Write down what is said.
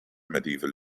medieval